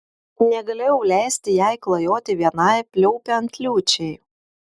negalėjau leisti jai klajoti vienai pliaupiant liūčiai